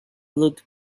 look